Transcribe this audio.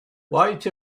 wait